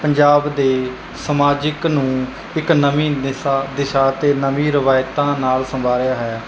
ਪੰਜਾਬ ਦੇ ਸਮਾਜ ਨੂੰ ਇੱਕ ਨਵੀਂ ਦਿਸ਼ਾ ਦਿਸ਼ਾ ਅਤੇ ਨਵੀਂ ਰਵਾਇਤਾਂ ਨਾਲ ਸੰਵਾਰਿਆ ਹੈ